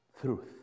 truth